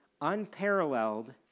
unparalleled